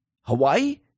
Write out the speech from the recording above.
Hawaii